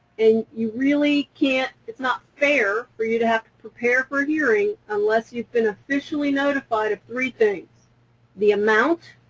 and you really can't it's not fair for you to have to prepare for a hearing unless you've been officially notified of three things the amount,